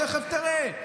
תכף תראה.